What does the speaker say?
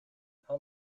help